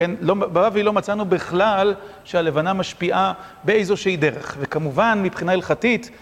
ברבי לא מצאנו בכלל שהלבנה משפיעה באיזושהי דרך וכמובן מבחינה הלכתית